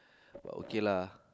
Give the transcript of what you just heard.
but okay lah